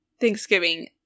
Thanksgiving